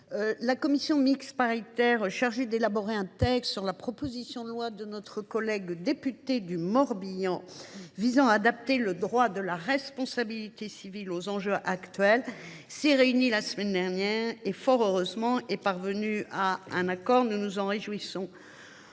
la commission mixte paritaire (CMP) chargée d’élaborer un texte sur la proposition de loi de notre collègue députée du Morbihan visant à adapter le droit de la responsabilité civile aux enjeux actuels s’est réunie la semaine dernière et est parvenue à un accord, ce dont nous nous réjouissons.